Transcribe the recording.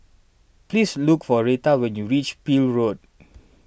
please look for Retha when you reach Peel Road